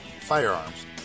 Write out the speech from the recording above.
firearms